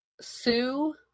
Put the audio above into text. Sue